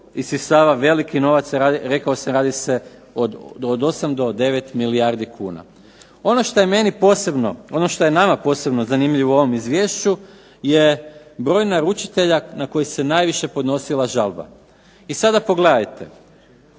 isisava veliki novac, rekao sam radi se od 8 do 9 milijardi kuna. Ono šta je meni posebno, ono šta je nama posebno zanimljivo u ovom izvješću je broj naručitelja na koji se najviše podnosila žalba. I sada pogledajte,